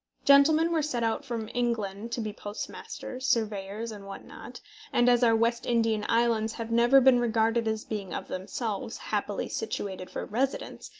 gentlemen were sent out from england to be postmasters, surveyors, and what not and as our west indian islands have never been regarded as being of themselves happily situated for residence,